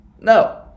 No